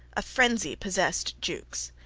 a frenzy possessed jukes.